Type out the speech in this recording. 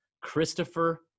Christopher